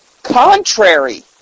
contrary